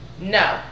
No